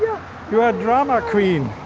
you are drama queen.